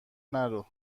نرو